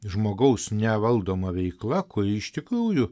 žmogaus nevaldoma veikla kuri iš tikrųjų